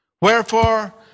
Wherefore